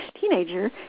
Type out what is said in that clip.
teenager